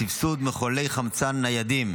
סבסוד מחוללי חמצן ניידים),